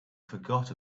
forgot